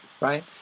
right